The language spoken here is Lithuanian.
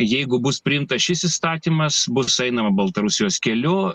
jeigu bus priimtas šis įstatymas bus einama baltarusijos keliu